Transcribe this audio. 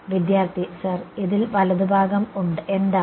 വിദ്യാർത്ഥി സർ ഇതിൽ വലതുഭാഗം എന്താണ്